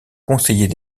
conseiller